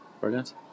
Brilliant